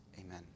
Amen